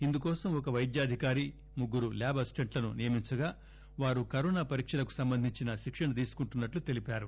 ఇందుకోసం ఒక పైద్యాధికారి ముగ్గురు ల్యాబ్ అసిస్టెంట్లను నియమించగా వారు కరోనా పరీక్షలకు సంబంధించిన శిక్షణ తీసుకుంటున్నట్లు తెలిపారు